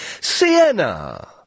Sienna